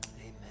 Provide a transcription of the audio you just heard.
Amen